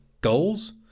goals